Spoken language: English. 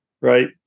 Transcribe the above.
right